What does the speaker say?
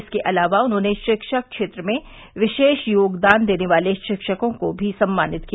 इसके अलावा उन्होंने शिक्षा क्षेत्र में विशेष योगदान देने वाले शिक्षकों को भी सम्मानित किया